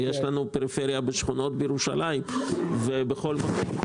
בשכונות בירושלים ובכל מקום.